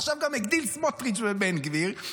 עכשיו גם הגדילו סמוטריץ' ובן גביר,